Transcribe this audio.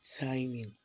timing